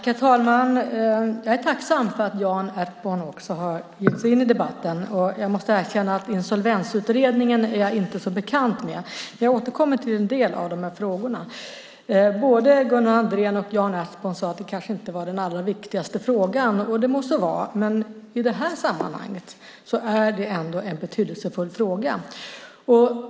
Herr talman! Jag är tacksam för att Jan Ertsborn också har gett sig in i debatten. Jag måste erkänna att jag inte är så bekant med Insolvensutredningen. Jag återkommer till en del av de här frågorna. Både Gunnar Andrén och Jan Ertsborn sade att det här kanske inte var den allra viktigaste frågan, och det må så vara, men i det här sammanhanget är det ändå en betydelsefull fråga.